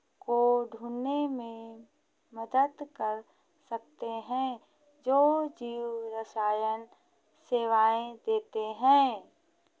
को ढूँढने में मदद कर सकते हैं जो जीवरसायन सेवाएँ देते हैं